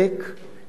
איפה אני?